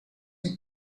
een